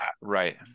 right